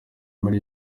muri